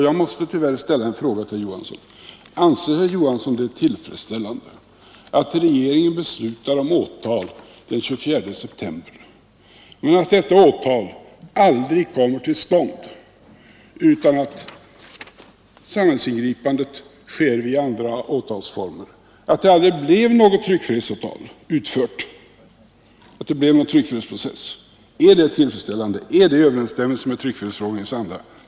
Jag måste tyvärr ställa en fråga till herr Johansson: Anser herr Johansson att det är tillfredsställande att regeringen beslutar om åtal den 24 september men att detta åtal aldrig kommer till stånd utan att samhällsingripanden sker i andra åtalsformer, att det aldrig blir något tryckfrihetsåtal utfört och aldrig någon tryckfrihetsprocess? Är det tillfredsställande och är det i överensstämmelse med tryckfrihetsförordningens anda?